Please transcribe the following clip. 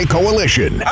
Coalition